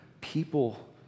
people